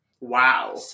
Wow